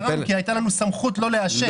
אלא כי הייתה לנו סמכות לא לאשר.